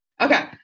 Okay